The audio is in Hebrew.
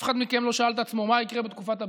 אף אחד מכם לא שאל את עצמו: מה יקרה בתקופת הביניים,